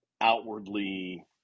outwardly